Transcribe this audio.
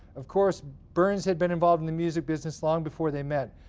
of course, berns had been involved in the music business long before they met.